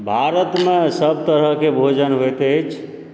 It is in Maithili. भारतमे सभ तरहकेँ भोजन भेंटैत अछि